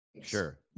Sure